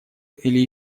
или